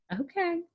Okay